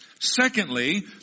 Secondly